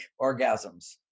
orgasms